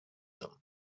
them